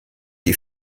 die